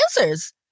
answers